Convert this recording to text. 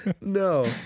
No